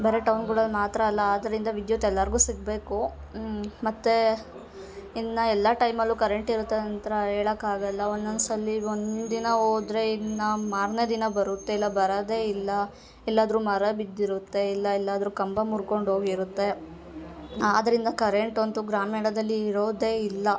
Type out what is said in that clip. ಬರೀ ಟೌನ್ಗಳಲ್ಲಿ ಮಾತ್ರ ಅಲ್ಲ ಆದ್ದರಿಂದ ವಿದ್ಯುತ್ ಎಲ್ಲರಿಗೂ ಸಿಗಬೇಕು ಮತ್ತು ಇನ್ನೂ ಎಲ್ಲ ಟೈಮಲ್ಲೂ ಕರೆಂಟ್ ಇರುತ್ತಂತ ಹೇಳೊಕ್ಕಾಗೋಲ್ಲ ಒಂದೊಂದು ಸಲ ಒಂದಿನ ಹೋದ್ರೆ ಇನ್ನೂ ಮಾರನೇ ದಿನ ಬರುತ್ತೆ ಇಲ್ಲ ಬರೋದೆ ಇಲ್ಲ ಎಲ್ಲಾದರೂ ಮರ ಬಿದ್ದಿರುತ್ತೆ ಇಲ್ಲ ಎಲ್ಲಾದರೂ ಕಂಬ ಮುರ್ಕೊಂಡು ಹೋಗಿರುತ್ತೆ ಆದ್ದರಿಂದ ಕರೆಂಟ್ ಅಂತೂ ಗ್ರಾಮೀಣದಲ್ಲಿ ಇರೋದೆ ಇಲ್ಲ